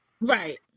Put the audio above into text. Right